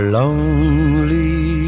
lonely